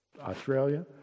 Australia